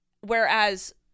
Whereas